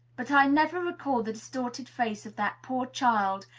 but i never recall the distorted face of that poor child,